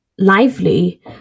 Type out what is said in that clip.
lively